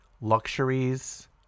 luxuries